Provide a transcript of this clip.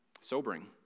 Sobering